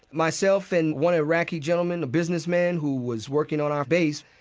myself and one iraqi gentleman, a businessman who was working on our base,